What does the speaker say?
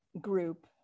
group